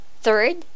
Third